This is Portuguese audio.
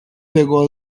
pegou